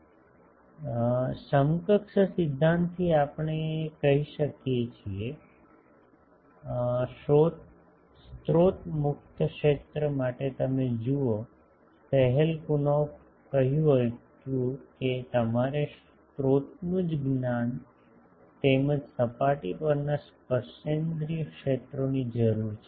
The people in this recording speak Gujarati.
તેથી સમકક્ષ સિદ્ધાંતથી આપણે કહી શકીએ છીએ સ્ત્રોત મુક્ત ક્ષેત્ર માટે તમે જુઓ શેહેલકુનોફ કહ્યું કે તમારે સ્રોતોનું જ્ જ્ઞાન તેમજ સપાટી પરના સ્પર્શેન્દ્રિય ક્ષેત્રોની જરૂર છે